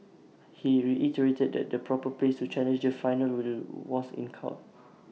he reiterated that the proper place to challenge the final will was in court